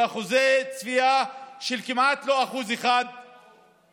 מאחוזי צפייה של כמעט לא 1% לאחוז